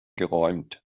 geräumt